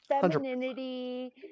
femininity